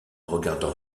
regardant